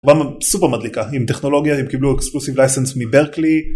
סופר מדליקה עם טכנולוגיה, הם קיבלו אקסקוסיב לייסנדס מברקלי.